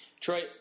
Troy